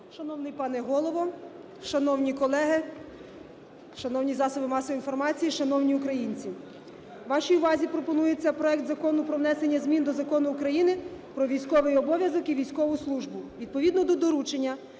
Шановний пане Голово, шановні колеги, шановні засоби масової інформації, шановні українці! Вашій увазі пропонується проект Закону про внесення змін до Закону України "Про військовий обов'язок і військову службу". Відповідно до доручення